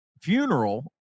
funeral